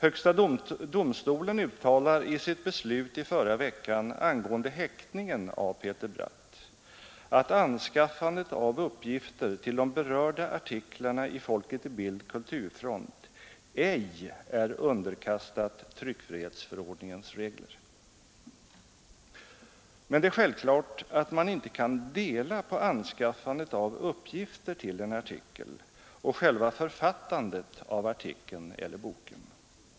Högsta domstolen uttalar i sitt beslut i förra veckan angående häktningen av Peter Bratt, att anskaffandet av uppgifter till de berörda artiklarna i Folket i Bild/Kulturfront ej är underkastat tryckfrihetsförordningens regler. Men det är självklart att man inte kan dela på anskaffandet av uppgifter till en artikel och själva författandet av artikeln eller boken.